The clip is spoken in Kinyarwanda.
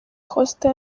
costa